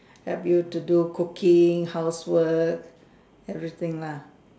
help you to do cooking housework everything lah